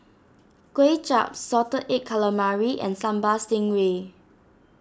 Kway Chap Salted Egg Calamari and Sambal Stingray